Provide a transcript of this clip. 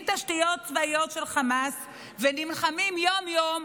תשתיות צבאיות של חמאס ונלחמים יום-יום,